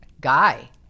guy